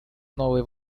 новые